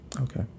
Okay